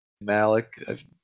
Malik